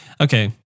okay